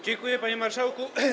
Dziękuję, panie marszałku.